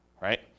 right